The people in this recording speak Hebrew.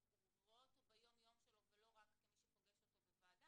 הוא רואה אותו ביום יום שלו ולא רק כמי שפוגש אותו בוועדה,